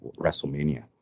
WrestleMania